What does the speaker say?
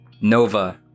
Nova